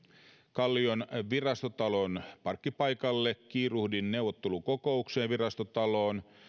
kallion virastotalon parkkipaikalle kiiruhdin neuvottelukokoukseen virastotaloon